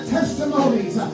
testimonies